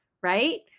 right